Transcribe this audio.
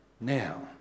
now